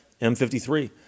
M53